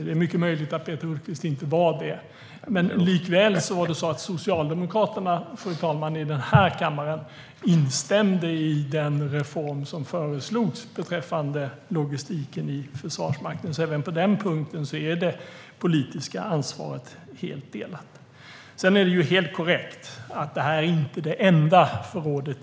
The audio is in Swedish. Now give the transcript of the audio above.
Det är möjligt att Peter Hultqvist inte var med, men likväl var det så att Socialdemokraterna i denna kammare instämde i den reform som föreslogs beträffande logistiken i Försvarsmakten. Även på denna punkt är det politiska ansvaret alltså delat. Det är korrekt att det inte är det enda förrådet.